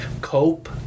cope